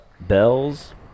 bells